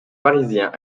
parisien